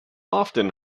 often